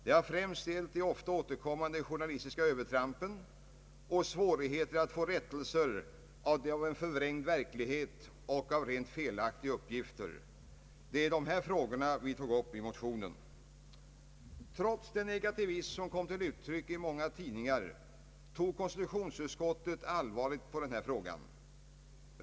Det har främst gällt de ofta återkommande journalistiska övertrampen och svårigheten att få rättelser av en förvrängd verklighet och av rent felaktiga uppgifter. Det var dessa frågor som vi tog upp i vår motion. Trots den negativism som kom till uttryck i många tidningar tog konstitutionsutskottet allvarligt på denna fråga.